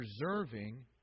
preserving